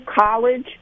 college